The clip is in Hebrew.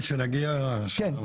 שנגיע לעניין.